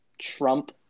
trump